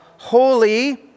Holy